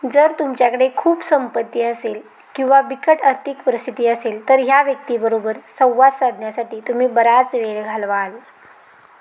जर तुमच्याकडे खूप संपत्ती असेल किंवा बिकट आर्थिक परिस्थिती असेल तर ह्या व्यक्तीबरोबर संवाद साधण्यासाठी तुम्ही बराच वेळ घालवाल